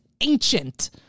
ancient